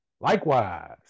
likewise